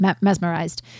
mesmerized